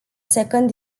second